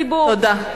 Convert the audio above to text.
תודה.